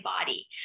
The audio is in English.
body